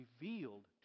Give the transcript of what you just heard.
revealed